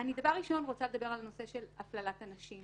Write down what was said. דבר ראשון אני רוצה לדבר על נושא של הפללת הנשים,